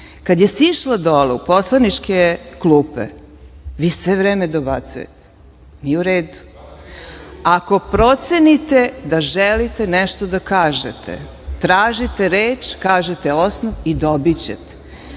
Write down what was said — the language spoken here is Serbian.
Kad je sišla dole u poslaničke klupe, vi sve vreme dobacujete. Nije u redu. Ako procenite da želite nešto da kažete, tražite reč, kažete osnov i dobićete.